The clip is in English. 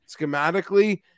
schematically